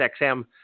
xm